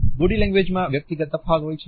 body language માં વ્યક્તિગત તફાવત હોય છે